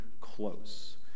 close